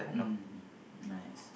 mm nice